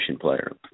player